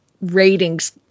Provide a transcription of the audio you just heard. ratings